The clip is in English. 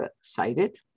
cited